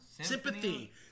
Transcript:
Sympathy